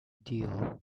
deal